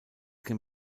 can